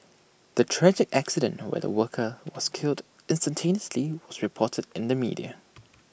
the tragic accident where the worker was killed instantaneously was reported in the media